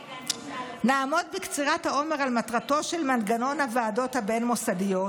נעמוד בקצירת האומר על מטרתו של מנגנון הוועדות הבין-מוסדיות,